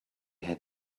had